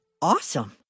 awesome